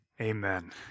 Amen